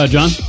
John